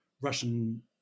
Russian